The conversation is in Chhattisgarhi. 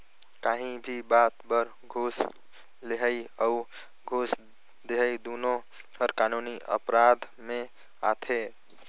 काहीं भी बात बर घूस लेहई अउ घूस देहई दुनो हर कानूनी अपराध में आथे